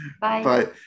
Bye